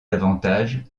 davantage